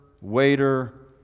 waiter